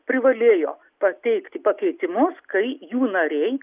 privalėjo pateikti pakeitimus kai jų nariai